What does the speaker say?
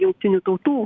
jungtinių tautų